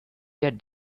get